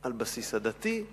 על בסיס עדתי,